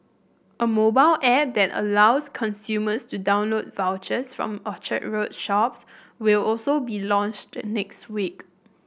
a mobile app that allows consumers to download vouchers from Orchard Road shops will also be launched next week